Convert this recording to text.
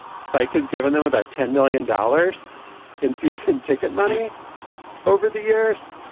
spike has given them about ten million dollars in season ticket money over the years.